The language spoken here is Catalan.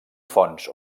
fonts